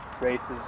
races